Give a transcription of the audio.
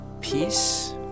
Peace